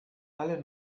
alle